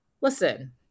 listen